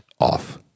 off